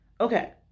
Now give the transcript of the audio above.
Okay